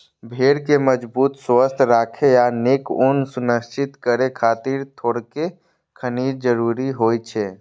भेड़ कें मजबूत, स्वस्थ राखै आ नीक ऊन सुनिश्चित करै खातिर थोड़ेक खनिज जरूरी होइ छै